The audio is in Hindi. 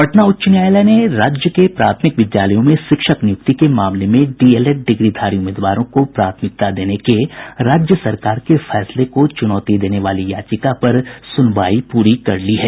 पटना उच्च न्यायालय ने राज्य के प्राथमिक विद्यालयों में शिक्षक नियुक्ति के मामले में डीएलएड डिग्रीधारी उम्मीदवारों को प्राथमिकता देने के राज्य सरकार के फैसले को चुनौती देने वाली याचिका पर सुनवाई पूरी कर ली है